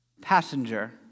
passenger